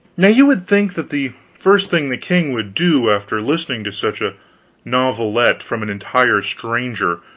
now you would think that the first thing the king would do after listening to such a novelette from an entire stranger,